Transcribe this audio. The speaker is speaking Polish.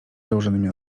założonymi